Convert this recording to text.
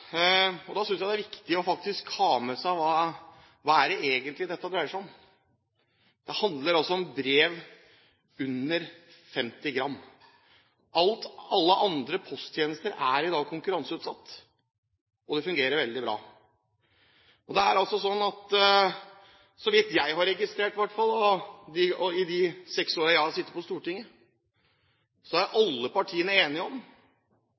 Da synes jeg faktisk det er viktig å ha med seg hva dette egentlig dreier seg om. Det handler altså om brev under 50 gram. Alle andre posttjenester er i dag konkurranseutsatt, og det fungerer veldig bra. Så vidt jeg har registrert i hvert fall i de seks årene jeg har sittet på Stortinget, er alle partiene enige om